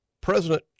President